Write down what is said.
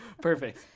perfect